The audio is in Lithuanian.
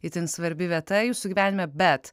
itin svarbi vieta jūsų gyvenime bet